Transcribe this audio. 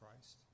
Christ